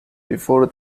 before